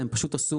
הם פשוט עשו